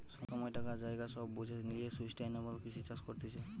সময়, টাকা, জায়গা সব বুঝে লিয়ে সুস্টাইনাবল কৃষি চাষ করতিছে